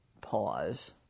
Pause